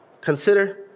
Consider